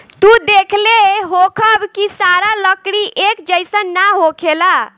तू देखले होखबऽ की सारा लकड़ी एक जइसन ना होखेला